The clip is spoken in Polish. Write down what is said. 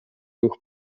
ruch